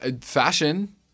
Fashion